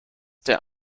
der